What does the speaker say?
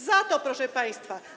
Za to, proszę państwa.